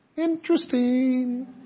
Interesting